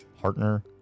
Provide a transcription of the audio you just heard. partner